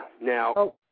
Now –